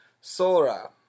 Sora